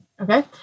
okay